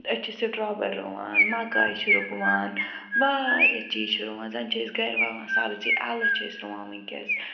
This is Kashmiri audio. أسۍ چھِ سٹرابر رُوان مکاے چھِ رُوان واریاہ چیز چھِ رُوان زَن چھِ أسۍ گَرِ وَوان سَبزی اَلہٕ چھِ أسۍ رُوان ونکیٚس